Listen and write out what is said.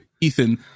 Ethan